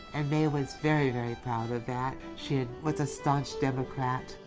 and may was very very proud of that. she was a staunch democrat,